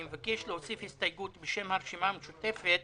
אני מבקש להוסיף הסתייגות בשם הרשימה המשותפת